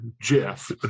Jeff